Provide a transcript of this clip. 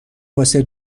واسه